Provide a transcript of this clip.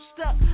stuck